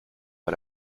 pas